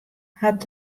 hat